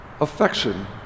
affection